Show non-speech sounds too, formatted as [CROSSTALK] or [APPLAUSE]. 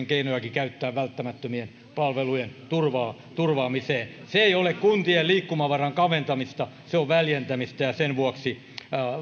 [UNINTELLIGIBLE] keinoja käyttää välttämättömien palvelujen turvaamiseen se ei ole kuntien liikkumavaran kaventamista se on väljentämistä ja sen vuoksi